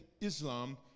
Islam